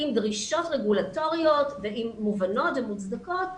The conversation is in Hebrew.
עם דרישות רגולטוריות מובנות ומוצדקות,